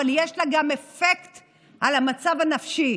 אבל יש לה גם אפקט על המצב הנפשי.